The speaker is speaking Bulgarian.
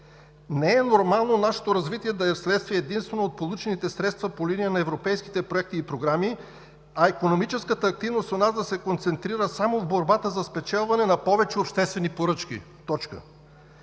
Не е нормално нашето развитие да е вследствие единствено от получените средства по линия на европейските проекти и програми, а икономическата активност у нас да се концентрира само в борбата за спечелване на повече обществени поръчки. Бизнес